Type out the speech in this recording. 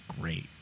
great